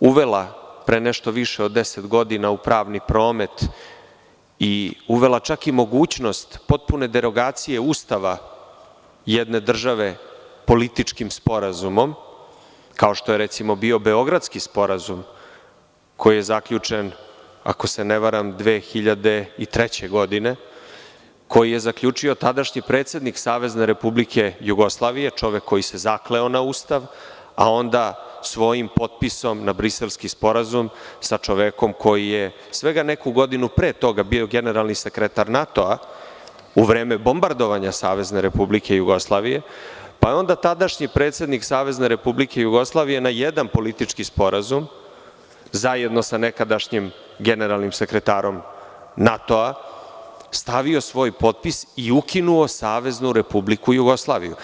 uvela pre nešto više od 10 godina u pravni promet i uvela čak i mogućnost potpune derogacije Ustava jedne države političkim sporazumom, kao što je bio Beogradski sporazum koji je zaključen, ako se ne varam 2003. godine, koji je zaključio tadašnji predsednik SRJ, čovek koji se zakleo na Ustav, a onda svojim potpisom na Briselski sporazum sa čovekom koji je svega neku godinu toga bio generalni sekretar NATO-a u vreme bombardovanja SRJ, pa je onda tadašnji predsednik SRJ na jedan politički sporazum zajedno sa nekadašnjim generalnim sekretarom NATO-a stavio svoj potpis i ukinuo SRJ.